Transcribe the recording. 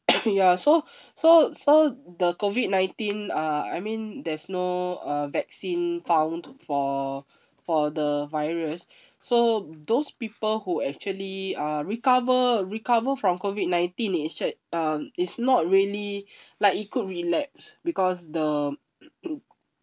ya so so so the COVID-nineteen uh I mean there's no uh vaccine found for for the virus so those people who actually uh recover recover from COVID-nineteen is said uh it's not really like it could relapse because the